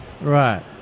Right